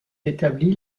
établis